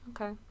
Okay